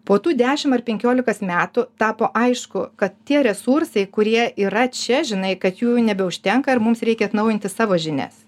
po tų dešim ar penkiolikos metų tapo aišku kad tie resursai kurie yra čia žinai kad jų jau nebeužtenka ir mums reikia atnaujinti savo žinias